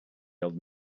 held